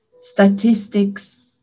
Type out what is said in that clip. statistics